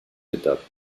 étapes